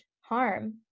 harm